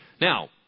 Now